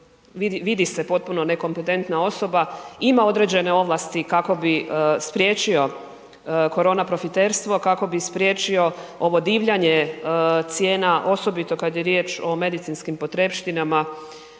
vidi se potpuno nekompetentna osoba, ima određene ovlasti kako bi spriječio korona profiterstvo, kako bi spriječio ovo divljanje cijena osobito kad je riječ o medicinskim potrepštinama